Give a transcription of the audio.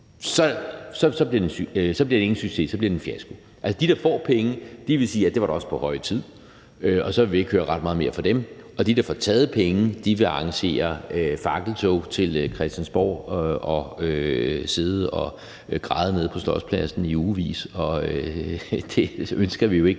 så bliver det ingen succes – så bliver det en fiasko. Altså de, der får penge, vil sige, at det da også var på høje tid, og så vil vi ikke høre ret meget mere fra dem. Og de, der får taget penge, vil arrangere fakkeltog til Christiansborg og sidde og græde nede på Slotspladsen i ugevis; og det ønsker vi jo ikke